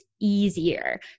easier